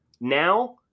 now